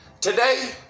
today